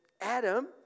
Adam